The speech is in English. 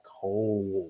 cold